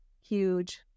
Huge